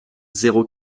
zéro